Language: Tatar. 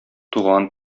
туган